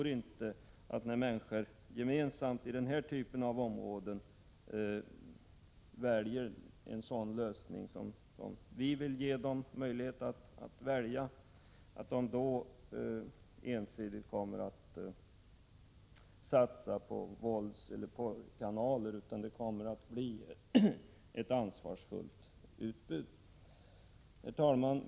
När människor gemensamt väljer en sådan lösning som vi föreslår tror jag inte att de ensidigt kommer att satsa på våldseller porrkanaler, utan det kommer att bli ett ansvarsfullt utbud. Herr talman!